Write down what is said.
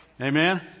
Amen